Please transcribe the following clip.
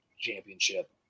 championship